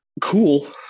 cool